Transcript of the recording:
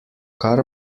kar